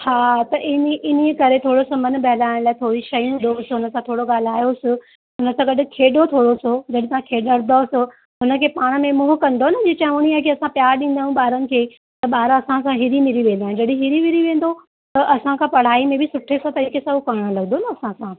हा त इन्हीअ इन्हीअ करे थोरो सो मन बहिलाएण लाइ थोरी शयूं ॾोस हुनसां थोरो ॻाल्हायोसि हुनसां गाॾु खेॾो थोरो सो जॾहिं तव्हां खेॾदविस हुनखे पाण में मोह कंदव जीअं चविणी आहे की असां प्यार ॾींदा आहियूं ॿारनि खे त ॿार असांसां हिरी मिरी वेंदा आहिनि जॾहिं हिरी मिरी वेंदो त असांखां पढ़ाई में बि सुठे सां तरीक़े सां हू पढ़ण लॻंदो न असांसां